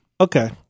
okay